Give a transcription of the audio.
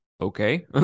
okay